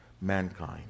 mankind